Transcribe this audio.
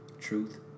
Truth